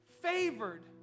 favored